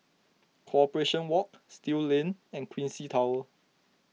Corporation Walk Still Lane and Quincy Tower